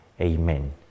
Amen